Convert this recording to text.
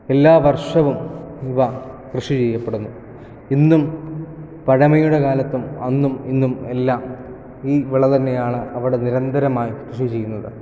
എല്ലാവർഷവും ഇവ കൃഷി ചെയ്യപ്പെടുന്നു ഇന്നും പഴമയുടെ കാലത്തും അന്നും ഇന്നും എല്ലാം ഈ വിള തന്നെയാണ് അവിടെ നിരന്തരമായി കൃഷി ചെയ്യുന്നത്